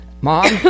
Mom